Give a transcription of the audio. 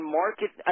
market